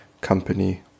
company